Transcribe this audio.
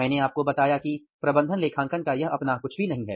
मैंने आपको बताया कि प्रबंधन लेखांकन का अपना कुछ भी नहीं है